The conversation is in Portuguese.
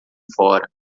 fora